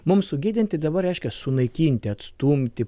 mums sugėdinti dabar reiškia sunaikinti atstumti